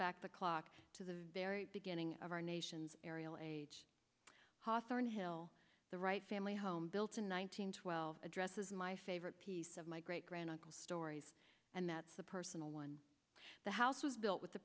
back the clock to the very beginning of our nation's aerial age ha thornhill the right family home built in one nine hundred twelve addresses my favorite piece of my great grand uncle stories and that's the personal one the house was built with the